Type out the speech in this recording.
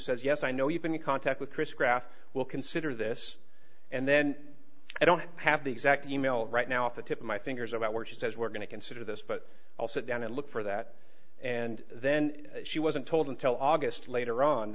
said yes i know you've been in contact with chris craft will consider this and then i don't have the exact e mail right now at the tip of my fingers about where she says we're going to consider this but i'll sit down and look for that and then she wasn't told until august later on